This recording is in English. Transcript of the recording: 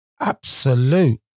absolute